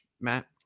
Matt